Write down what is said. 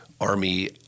army